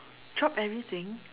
drop everything